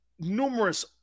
numerous